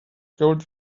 gold